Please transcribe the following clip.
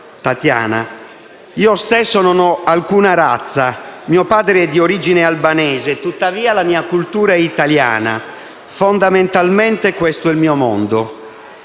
Tatiana: «Io stesso non ho alcuna razza. Mio padre è di origine albanese, tuttavia, la mia cultura è italiana, fondamentalmente questo è il mio mondo».